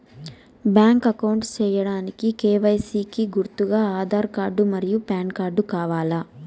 Bank account సేయడానికి KYC కి గుర్తుగా ఆధార్ కార్డ్ మరియు పాన్ కార్డ్ కావాలా?